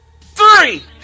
Three